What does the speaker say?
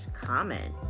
comment